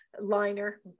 liner